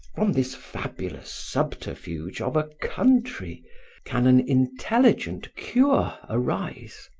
from this fabulous subterfuge of a country can an intelligent cure arise.